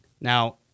Now